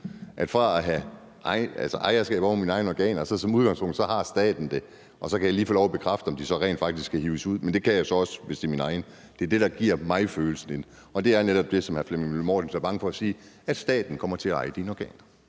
at jeg har ejerskab over mine egne organer, til, at staten har det som udgangspunkt, og så kan jeg lige få lov at bekræfte, om de så rent faktisk skal hives ud, men det kan jeg jo så også, hvis det er mine egne. Det er det, der giver mig den følelse, og det er netop det, som hr. Flemming Møller Mortensen er bange for at